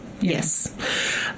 Yes